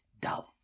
dove